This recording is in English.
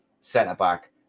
centre-back